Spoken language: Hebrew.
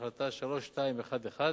החלטה מס' 3211,